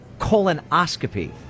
colonoscopy